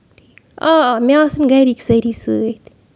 آ آ مےٚ آسن گرِکۍ سٲری سۭتۍ